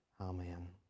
Amen